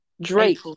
Drake